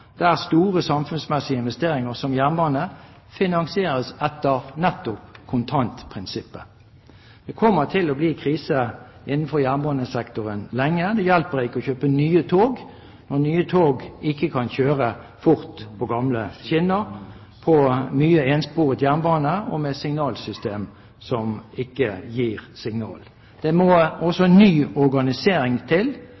store samfunnsmessige investeringer som jernbane finansieres etter nettopp kontantprinsippet. Det kommer til å være krise innenfor jernbanesektoren lenge. Det hjelper ikke å kjøpe nye tog når nye tog ikke kan kjøre fort på gamle skinner, på mye ensporet jernbane og med signalsystem som ikke gir signal. Det må også